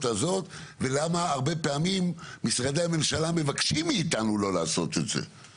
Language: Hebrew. הזאת ולמה הרבה פעמים משרדי הממשלה מבקשים מאיתנו לא לעשות את זה.